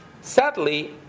Sadly